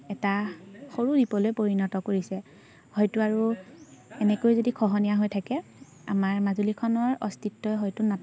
এটা সৰু দ্বীপলৈ পৰিণত কৰিছে হয়তো আৰু এনেকৈ যদি খহনীয়া হৈ থাকে আমাৰ মাজুলীখনৰ অস্তিত্বই হয়তো